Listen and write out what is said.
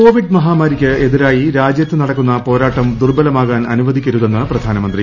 Covid മഹാമാരിക്ക് എതിരായി രാജ്യത്ത് നടക്കുന്ന പോരാട്ടം ദുർബ്ബലമാകാൻ അനുവദിക്കരുതെന്ന് പ്രധാനമന്ത്രി